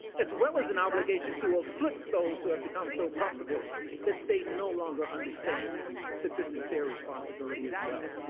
as well as an obligation to afflict those who have become so comfortable that they no longer understand that this is their responsibility as well.